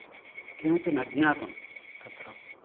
किमपि न ज्ञातं तत्र